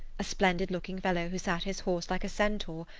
a splendid-looking fellow who sat his horse like a centaur,